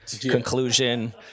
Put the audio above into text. conclusion